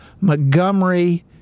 Montgomery